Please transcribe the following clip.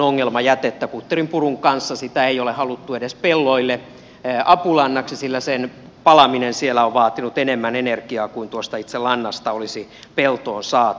kutterinpurun kanssa sitä ei ole haluttu edes pelloille apulannaksi sillä sen palaminen siellä on vaatinut enemmän energiaa kuin itse lannasta olisi peltoon saatu